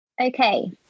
Okay